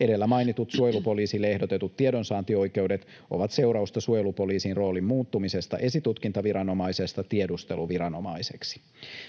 Edellä mainitut suojelupoliisille ehdotetut tiedonsaantioikeudet ovat seurausta suojelupoliisin roolin muuttumisesta esitutkintaviranomaisesta tiedusteluviranomaiseksi.